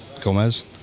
Gomez